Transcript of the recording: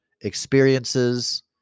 experiences